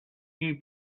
new